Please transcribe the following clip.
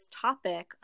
topic